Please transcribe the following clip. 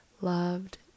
loved